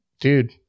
dude